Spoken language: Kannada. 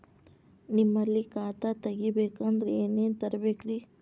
ನಿಮ್ಮಲ್ಲಿ ಖಾತಾ ತೆಗಿಬೇಕಂದ್ರ ಏನೇನ ತರಬೇಕ್ರಿ?